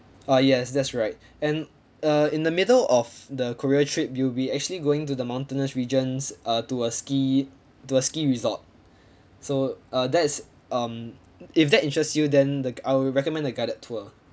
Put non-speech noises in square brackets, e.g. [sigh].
uh yes that's right [breath] and uh in the middle of the korea trip you'll be actually going to the mountainous regions uh to a ski to a ski resort so uh that is um if that interests you then the I will recommend the guided tour